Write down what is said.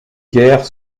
guère